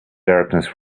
darkness